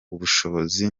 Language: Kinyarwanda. ubushobozi